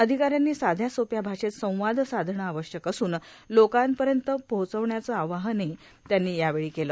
अधिकाऱ्यांनी साध्या सोप्या भाषेत संवाद साधनं आवश्यक असून लोकांपर्यंत पोहोचण्याचं आवाहन यावेळी केलं